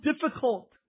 difficult